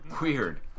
Weird